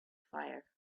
fire